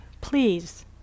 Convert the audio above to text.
please